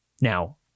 Now